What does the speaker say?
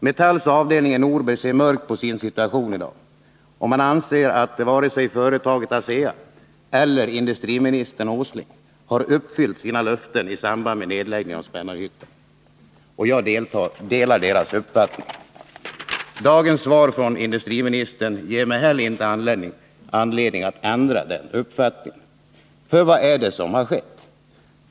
Metalls avdelning i Norberg ser mörkt på sin situation i dag, och man anser att varken företaget ASEA eller industriminister Åsling har uppfyllt sina löften i samband med nedläggningen av Spännarhyttan. Jag delar deras uppfattning. Dagens svar från industriministern ger mig inte heller anledning att ändra den uppfattningen. För vad är det som har skett?